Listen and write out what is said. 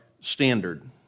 standard